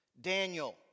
Daniel